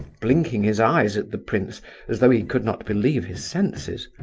blinking his eyes at the prince as though he could not believe his senses.